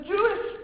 Jewish